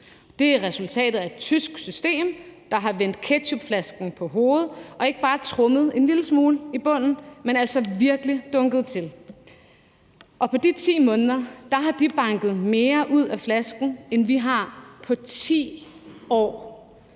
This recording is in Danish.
Det er resultatet af et tysk system, der har vendt ketchupflasken på hovedet og ikke bare trommet en lille smule på bunden, men altså virkelig dunket til. På de 10 måneder har de banket mere ud af flasken, end vi har på 10 år,